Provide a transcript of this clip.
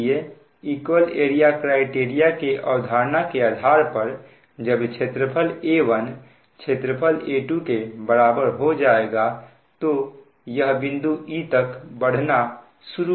इसलिए equal area criteria के अवधारणा के आधार पर जब क्षेत्रफल A1 क्षेत्रफल A2 के बराबर हो जाएगा तो यह बिंदु e तक बढ़ना शुरू कर देगा